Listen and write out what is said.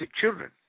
children